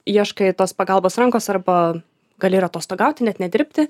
ieškai tos pagalbos rankos arba gali ir atostogauti net nedirbti